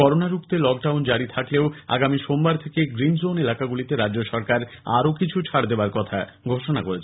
corona রুখতে lockdown জারি থাকলেও আগামী সোমবার থেকে গ্রিন জোন এলাকাগুলিকে রাজ্য সরকার আরও কিছু ছাড় দেওয়ার কথা ঘোষণা করেছে